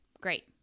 Great